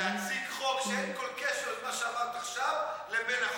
ולהציג חוק כשאין כל קשר למה שאמרת עכשיו לבין החוק,